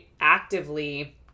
actively